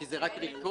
כן, זה רק עיכוב.